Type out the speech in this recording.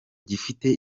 gifite